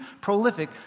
prolific